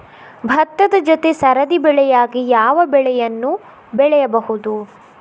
ಭತ್ತದ ಜೊತೆ ಸರದಿ ಬೆಳೆಯಾಗಿ ಯಾವ ಬೆಳೆಯನ್ನು ಬೆಳೆಯಬಹುದು?